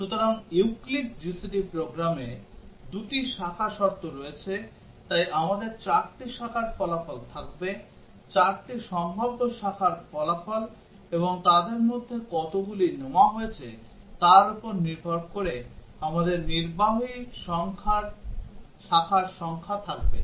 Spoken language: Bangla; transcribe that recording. সুতরাং ইউক্লিড GCD প্রোগ্রামে দুটি শাখা শর্ত রয়েছে তাই আমাদের চারটি শাখার ফলাফল থাকবে চারটি সম্ভাব্য শাখার ফলাফল এবং তাদের মধ্যে কতগুলি নেওয়া হয়েছে তার উপর নির্ভর করে আমাদের নির্বাহী শাখার সংখ্যা থাকবে